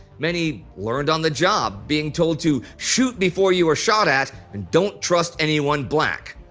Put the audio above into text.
many learned on the job, being told to shoot before you are shot at and don't trust anyone black.